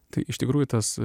tai iš tikrųjų tas